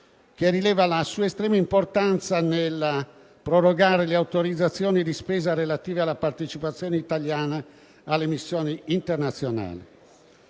rilevato l'estrema importanza della proroga delle autorizzazioni di spesa relative alla partecipazione italiana alle missioni internazionali.